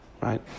right